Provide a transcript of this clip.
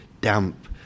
damp